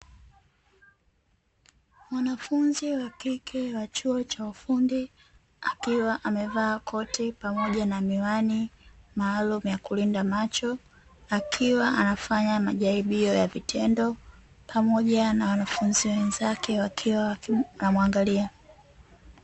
Mwanafunzi wa kike wa chuo cha ufundi akiwa amevaa koti pamoja na miwani maalumu ya kulinda macho, akiwa anafanya majaribio ya vitendo pamoja na wanafunzi wenzake wakiwa wanamuangalia.